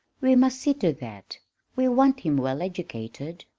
we must see to that we want him well educated,